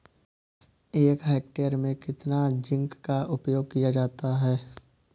एक हेक्टेयर में कितना जिंक का उपयोग किया जाता है?